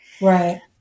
right